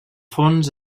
fons